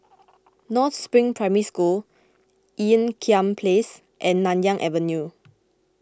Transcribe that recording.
North Spring Primary School Ean Kiam Place and Nanyang Avenue